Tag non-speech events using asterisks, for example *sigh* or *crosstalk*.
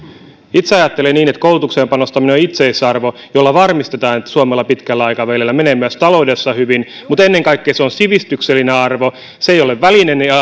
itse ajattelen niin että koulutukseen panostaminen on itseisarvo jolla varmistetaan että suomella pitkällä aikavälillä menee myös taloudessa hyvin mutta ennen kaikkea se on sivistyksellinen arvo se ei ole välineellinen *unintelligible*